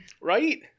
right